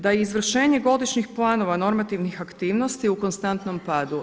Da je izvršenje godišnjih planova normativnih aktivnosti u konstantnom padu.